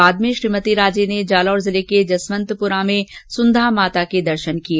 बाद में श्रीमती राजे ने जालौर जिले के जसवंतपुरा में सुंधा माता के दर्शन किए